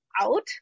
out